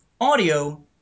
Audio